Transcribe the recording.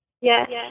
Yes